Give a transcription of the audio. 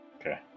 Okay